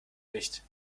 nicht